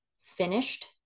finished